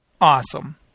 Awesome